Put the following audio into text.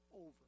over